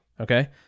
Okay